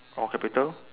all capital